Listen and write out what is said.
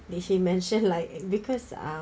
did she mention like because um